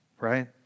Right